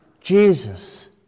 Jesus